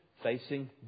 facing